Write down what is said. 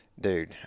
Dude